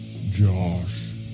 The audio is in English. Josh